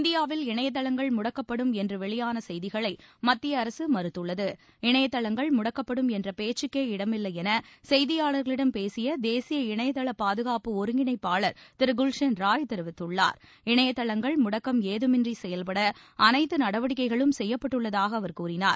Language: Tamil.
இந்தியாவில் இணையதளங்கள் முடக்கப்படும் என்று வெளியான செய்திகளை மத்திய அரசு மறுத்துள்ளது இணையதளங்கள் முடக்கப்படும் என்ற பேச்சுக்கே இடமில்லை என செய்தியாளர்களிடம் பேசிய தேசிய இணையதள பாதுகாப்பு ஒருங்கிணைப்பாளர் திரு குல்சன் ராய் தெரிவித்துள்ளார் இணையதளங்கள் முடக்கம் செயல்பட ஏதமின்றி நடவடிக்கைகளும் அனைத்து செய்யப்பட்டுள்ளதாக அவர் கூறினார்